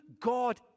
God